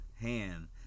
hand